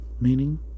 Meaning